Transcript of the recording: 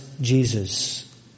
Jesus